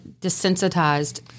desensitized